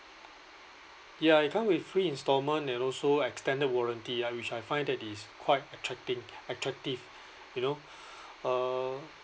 ya it come with free instalment and also extended warranty ya which I find that is quite attracting attractive you know uh